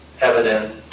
evidence